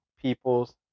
people's